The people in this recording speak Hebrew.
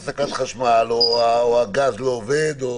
הפסקת חשמל, הגז לא עובד.